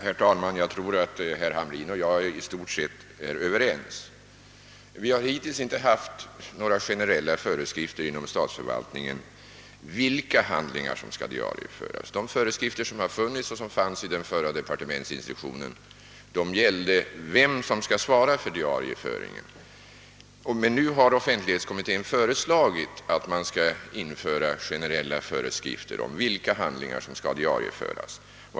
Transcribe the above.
Herr talman! Jag tror att herr Hamrin i Jönköping och jag i stort sett är överens. Vi har hittills inte haft några generella föreskrifter inom statsförvaltningen rörande vilka handlingar som skall diarieföras. De föreskrifter som fanns i den förra departementsinstruktionen gällde vem som skall svara för diarieföringen. Nu har offentlighetskommittén föreslagit att man skall införa generella föreskrifter om vilka handlingar som skall diarieföras.